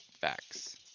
Facts